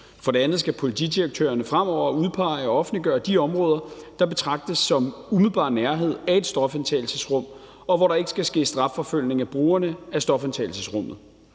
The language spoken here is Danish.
For det andet skal politidirektørerne fremover udpege og offentliggøre de områder, der betragtes som umiddelbar nærhed af et stofindtagelsesrum, og hvor der ikke skal ske strafforfølgning af brugerne af stofindtagelsesrummet.